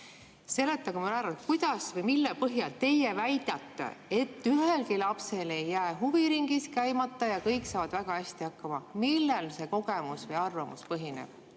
Seletage mulle ära, mille põhjal teie väidate, et ühelgi lapsel ei jää huviringis käimata ja kõik saavad väga hästi hakkama. Millel see kogemus või arvamus põhineb?